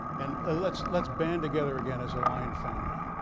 and let's let's band together again as a lion family.